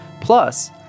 Plus